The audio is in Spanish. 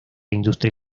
industria